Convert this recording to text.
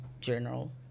general